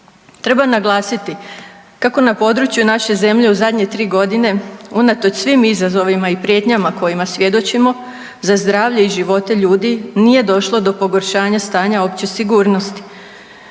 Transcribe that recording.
Treba naglasiti kako na području naše zemlje u zadnje 3 godine unatoč svim izazovima i prijetnjama kojima svjedočimo za zdravlje i života ljudi nije došlo do pogoršanja stanja opće sigurnosti.